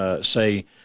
say